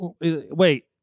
wait